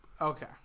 okay